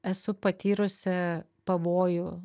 esu patyrusi pavojų